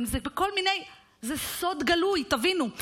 זה בכל מיני, זה סוד גלוי, תבינו.